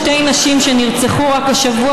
שתי נשים שנרצחו רק השבוע,